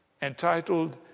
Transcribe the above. Entitled